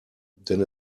denn